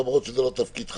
למרות שזה לא תפקידך,